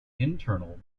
internal